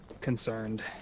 concerned